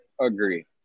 agree